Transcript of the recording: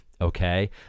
Okay